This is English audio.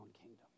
kingdom